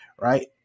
right